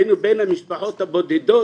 היינו בין המשפחות הבודדות